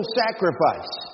sacrifice